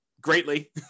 greatly